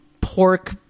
pork